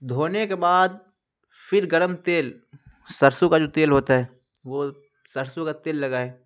دھونے کے بعد پھر گرم تیل سرسوں کا جو تیل ہوتا ہے وہ سرسوں کا تیل لگائے